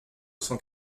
cent